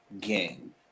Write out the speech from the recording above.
game